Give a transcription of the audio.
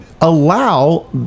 allow